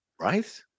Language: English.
right